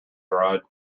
ride